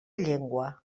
llengua